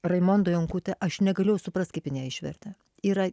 raimonda jonkutė aš negalėjau suprast kaip jinai ją išvertė yra